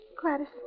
Gladys